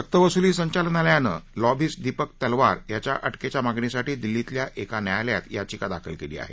सक्तवसुली संचालनालयानं लॉबीस्ट दीपक तलवार याच्या अटकेच्या मागणीसाठी दिल्लीतल्या एका न्यायालयात याचिका दाखल केली आहे